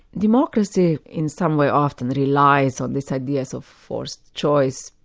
democracy in some way often relies on these ideas of forced choice.